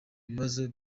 ibibazo